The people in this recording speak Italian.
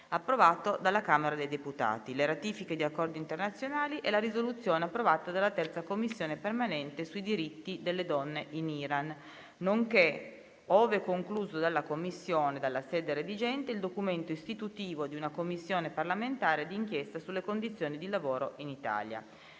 approvato dalla Camera dei deputati, le ratifiche di accordi internazionali e la risoluzione approvata dalla 3a Commissione permanente sui diritti delle donne in Iran, nonché, ove concluso dalla Commissione, dalla sede redigente, il documento istitutivo di una Commissione parlamentare d'inchiesta sulle condizioni di lavoro in Italia.